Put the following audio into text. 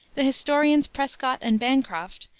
the historians, prescott and bancroft,